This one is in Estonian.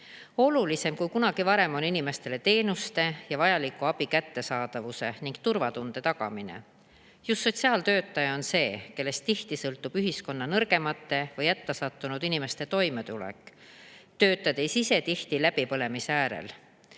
eakateni. Olulisem kui kunagi varem on inimestele teenuste ja vajaliku abi kättesaadavuse ning turvatunde tagamine. Just sotsiaaltöötaja on see, kellest tihti sõltub ühiskonna nõrgemate või hätta sattunud inimeste toimetulek, samas töötavad nad ise tihti läbipõlemise äärel.